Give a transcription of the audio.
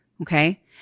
Okay